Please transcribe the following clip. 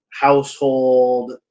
household